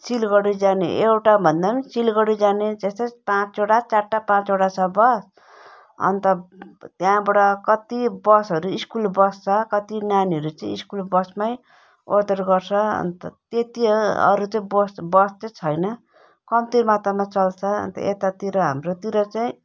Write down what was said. सिलगडी जाने एउटा भन्दा पनि सिलगडी जाने त्यस्तै पाँचवटा चारवटा पाँचवटा छ बस अन्त त्यहाँबाट कत्ति बसहरू स्कुल बस छ कति नानीहरू चाहिँ स्कुल बसमै ओहोर दोहोर गर्छ अन्त त्यति हो अरू चाहिँ बस बस चाहिँ छैन कम्ती मात्रामा चल्छ अन्त यतातिर हाम्रोतिर चाहिँ